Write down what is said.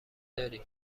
داری